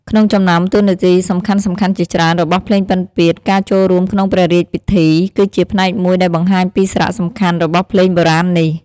ក្នុងចំណោមតួនាទីសំខាន់ៗជាច្រើនរបស់ភ្លេងពិណពាទ្យ ការចូលរួមក្នុងព្រះរាជពិធី គឺជាផ្នែកមួយដែលបង្ហាញពីសារៈសំខាន់របស់ភ្លេងបុរាណនេះ។